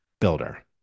builder